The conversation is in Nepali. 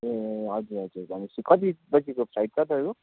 ए हजुर हजुर भनेपछि कति बजेको फ्लाइट छ तपाईँको